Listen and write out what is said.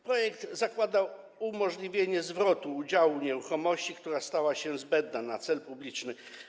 Projekt zakłada umożliwienie zwrotu udziału w nieruchomości, która stała się zbędna na cel publiczny.